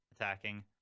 attacking